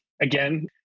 again